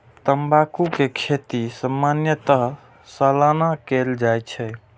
तंबाकू के खेती सामान्यतः सालाना कैल जाइ छै